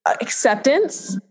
acceptance